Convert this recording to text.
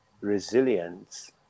resilience